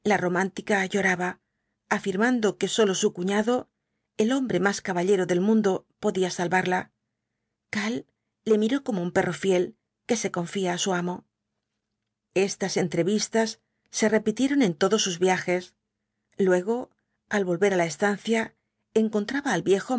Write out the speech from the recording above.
la romántica lloraba afirmando que sólo su cuñado el hombre más caballero del mundo podía salvarla karl le miró como un perro fiel que se confía á su amo estas entrevistas se repitieron en todos sus viajes luego al volver á la estancia encontraba al viejo